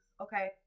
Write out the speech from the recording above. okay